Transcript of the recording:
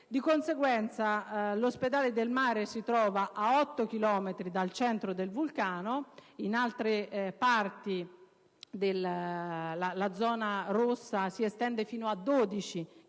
Di conseguenza, l'Ospedale del Mare si trova a 8 chilometri dal centro del vulcano; in altre parti la zona rossa si estende fino a 12